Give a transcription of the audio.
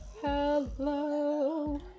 Hello